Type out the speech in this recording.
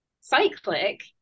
cyclic